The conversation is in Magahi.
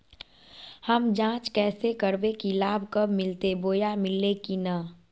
हम जांच कैसे करबे की लाभ कब मिलते बोया मिल्ले की न?